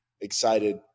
excited